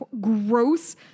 gross